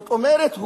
זאת אומרת,